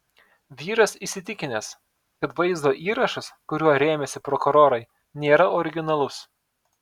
vyras įsitikinęs kad vaizdo įrašas kuriuo rėmėsi prokurorai nėra originalus